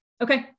Okay